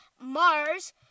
Mars